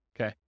Okay